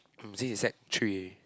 um since he sec three